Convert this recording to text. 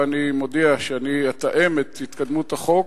ואני מודיע שאני אתאם את התקדמות החוק.